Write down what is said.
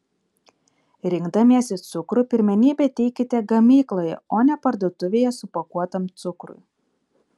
rinkdamiesi cukrų pirmenybę teikite gamykloje o ne parduotuvėje supakuotam cukrui